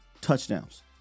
touchdowns